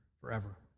forever